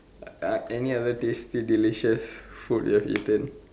uh any other tasty delicious food you've eaten